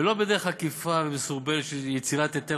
ולא בדרך עקיפה ומסורבלת של יצירת היטל